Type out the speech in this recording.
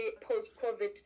post-COVID